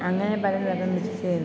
അങ്ങനെ പലതരം മിക്സ് ചെയ്ത്